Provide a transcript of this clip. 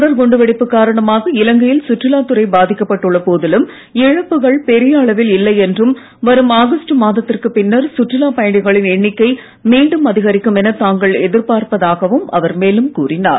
தொடர் குண்டுவெடிப்பு காரணமாக இலங்கையில் சுற்றுலாத் துறை பாதிக்கப்பட்டு உள்ள போதிலும் இழப்புகள் பெரிய அளவில் இல்லை என்றும் வரும் ஆகஸ்ட் மாதத்திற்குப் பின்னர் சுற்றுலா பயணிகளின் எண்ணிக்கை மீண்டும் அதிகரிக்கும் என தாங்கள் எதிர்பார்ப்பதாகவும் அவர் மேலும் கூறினார்